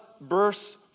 bursts